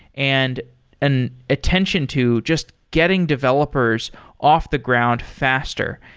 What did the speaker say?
and an attention to just getting developers off the ground faster,